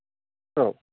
औ